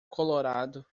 colorado